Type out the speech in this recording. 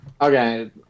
Okay